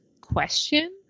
question